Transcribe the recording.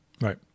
Right